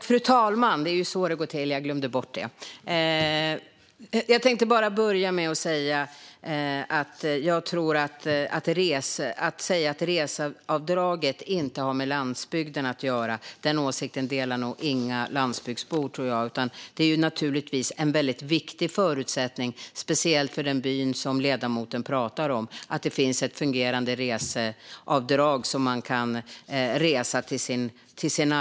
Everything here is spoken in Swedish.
Fru talman! Jag tror inte att några landsbygdsbor delar åsikten att reseavdraget inte har med landsbygden att göra. Det är naturligtvis en väldigt viktig förutsättning, speciellt för den by som ledamoten pratar om, att det finns ett fungerande reseavdrag för att man ska kunna resa till sin arbetsplats.